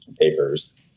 papers